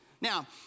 Now